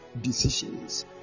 decisions